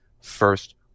first